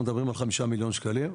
מדברים על 5 מיליון שקלים.